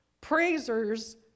Praisers